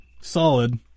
solid